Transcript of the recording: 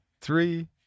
three